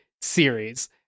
series